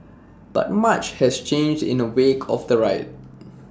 but much has changed in the wake of the riot